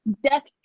Death